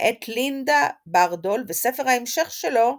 מאת לינדה בארדול וספר ההמשך שלו